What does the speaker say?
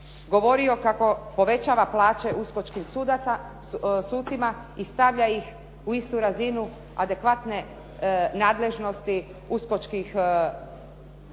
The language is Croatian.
govorio kako povećava plaće uskočkim sucima i stavlja ih u istu razinu adekvatne nadležnosti uskočkih